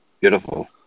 beautiful